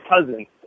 cousins